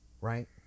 right